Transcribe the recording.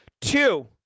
Two